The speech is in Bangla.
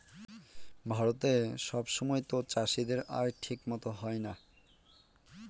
ভারতে সব সময়তো চাষীদের আয় ঠিক মতো হয় না